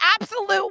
absolute